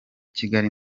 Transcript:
kigali